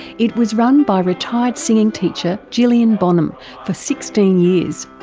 it was run by retired singing teacher gillian bonham for sixteen years.